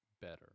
better